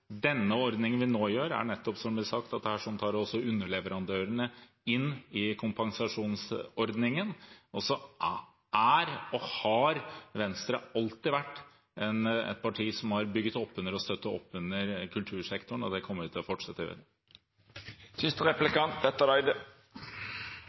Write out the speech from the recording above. Denne ordningen vi nå får, tar – som nettopp blir sagt her – underleverandørene inn i kompensasjonsordningen. Og så er og har Venstre alltid vært et parti som har bygget oppunder og støttet oppunder kultursektoren, og det komme vi til å fortsette